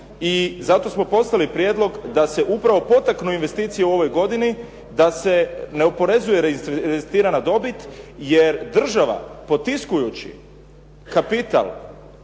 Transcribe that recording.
i zato smo poslali prijedlog da se upravo potaknu investicije u ovoj godini, da se ne oporezuje reinvestirana dobit jer država potiskujući kapital,